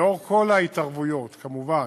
לאור כל ההתערבויות, מובן